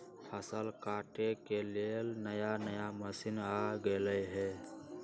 फसल काटे के लेल नया नया मशीन आ गेलई ह